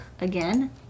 again